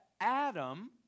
Adam